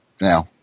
Now